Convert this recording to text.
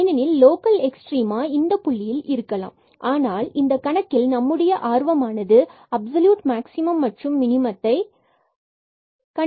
ஏனெனில் local extrema இந்த புள்ளியில் இருக்கலாம் ஆனால் இந்த கணக்கில் நம்முடைய ஆர்வமானது அப்ஸொலியூட் மேக்ஸிமம் மற்றும் மினிமத்தை கண்டறிவது ஆகும்